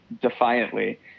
defiantly